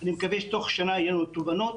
אני מקווה שתוך שנה יהיו לנו תובנות